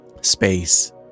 space